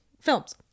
films